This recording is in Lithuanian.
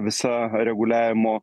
visa reguliavimo